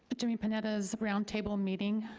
but during panetta's roundtable meeting,